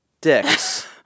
dicks